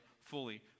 fully